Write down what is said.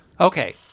Okay